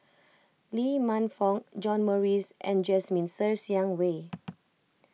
Lee Man Fong John Morrice and Jasmine Sers Xiang Wei